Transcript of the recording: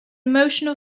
emotional